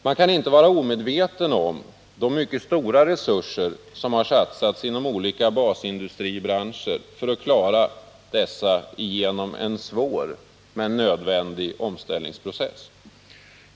Man kan inte vara omedveten om de mycket stora resurser som har satsats inom olika basindustribranscher för att klara dessa genom en svår men nödvändig omställningsprocess.